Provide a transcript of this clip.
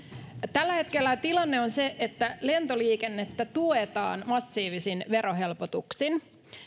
tällä hetkellä tilanne on se että lentoliikennettä tuetaan massiivisin verohelpotuksin